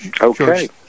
okay